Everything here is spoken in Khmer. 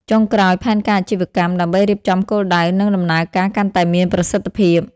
ចុងក្រោយផែនការអាជីវកម្ម ដើម្បីរៀបចំគោលដៅ និងដំណើរការកាន់តែមានប្រសិទ្ធភាព។